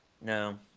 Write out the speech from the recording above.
No